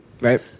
Right